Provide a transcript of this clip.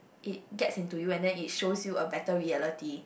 it gets into you and then it shows you a better reality